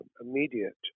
immediate